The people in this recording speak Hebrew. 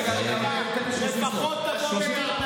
לפחות תבוא ותתנצל.